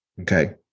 Okay